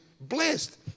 blessed